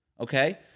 Okay